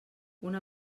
una